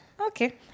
okay